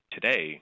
Today